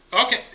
Okay